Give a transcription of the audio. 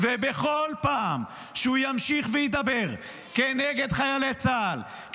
בכל פעם שהוא ימשיך וידבר נגד חיילי צה"ל,